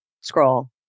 scroll